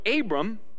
Abram